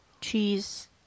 cheese